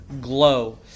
glow